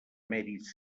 mèrits